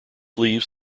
leaves